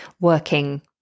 working